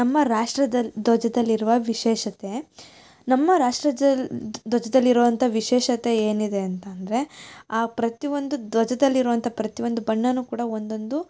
ನಮ್ಮ ರಾಷ್ಟ್ರದಲ್ಲಿ ಧ್ವಜದಲ್ಲಿರುವ ವಿಶೇಷತೆ ನಮ್ಮ ರಾಷ್ಟ್ರದಲ್ ಧ್ವಜದಲ್ಲಿರುವಂಥ ವಿಶೇಷತೆ ಏನಿದೆ ಅಂತಂದರೆ ಆ ಪ್ರತಿ ಒಂದು ಧ್ವಜದಲ್ಲಿರುವಂಥ ಪ್ರತಿ ಒಂದು ಬಣ್ಣವೂ ಕೂಡ ಒಂದೊಂದು